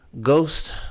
Ghost